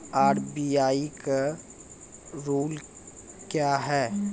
RBI का rule क्या हैं?